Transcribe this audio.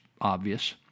obvious